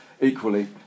Equally